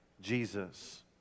Jesus